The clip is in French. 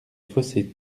fossés